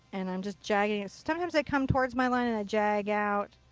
and i'm just jaggeding. sometimes i come towards my line and i jag out.